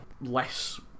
less